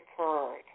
occurred